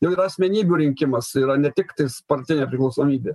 jau yra asmenybių rinkimas yra ne tik tais partinė priklausomybė